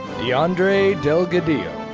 de'andree delgadillo.